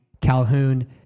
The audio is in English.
Calhoun